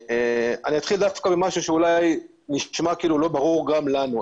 אני אתחיל דווקא במשהו שאולי נשמע כאילו לא ברור גם לנו.